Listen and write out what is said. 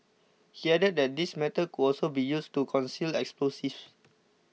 he added that these methods could also be used to conceal explosives